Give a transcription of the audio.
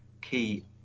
key